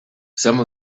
some